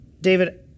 David